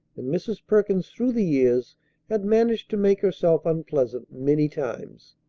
and mrs. perkins through the years had managed to make herself unpleasant many times.